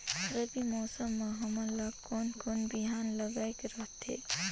रबी मौसम मे हमन ला कोन कोन बिहान लगायेक रथे?